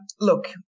look